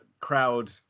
crowd